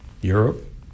Europe